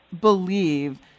believe